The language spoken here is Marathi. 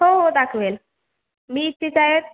हो हो दाखवेन मी तिथं आहे